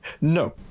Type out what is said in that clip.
No